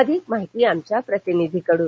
अधिक माहिती आमच्या प्रतिनिधीकडून